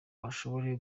bashobore